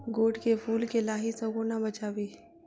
गोट केँ फुल केँ लाही सऽ कोना बचाबी?